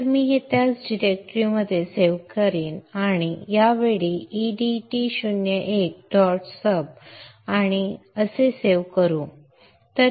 तर आपण हे त्याच डिरेक्टरीमध्ये सेव्ह करू आणि यावेळी e d t 0 1 dot sub आणि सेव्ह करू